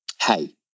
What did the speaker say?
hey